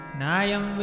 Nayam